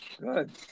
Good